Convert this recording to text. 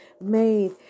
made